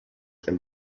and